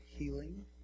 healing